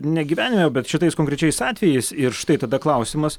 ne gyvenime bet šitais konkrečiais atvejais ir štai tada klausimas